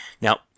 now